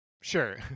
Sure